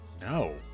No